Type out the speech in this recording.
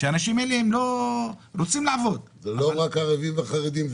שהאנשים האלה רוצים לעבוד --- זה לא רק ערבים וחרדים.